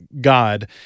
God